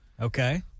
Okay